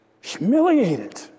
Humiliated